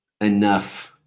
enough